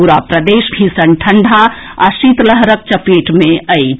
पूरा प्रदेश भीषण ठंडा आ शीतलहरक चपेट मे अछि